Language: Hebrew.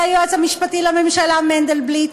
זה היועץ המשפטי לממשלה מנדלבליט,